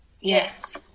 Yes